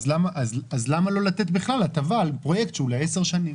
אז למה לא לתת בכלל הטבה על פרויקט שהוא ל-10 שנים?